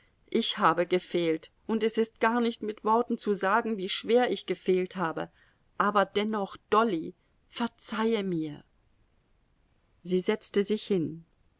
ich habe gefehlt und es ist gar nicht mit worten zu sagen wie schwer ich gefehlt habe aber dennoch dolly verzeihe mir sie setzte sich hin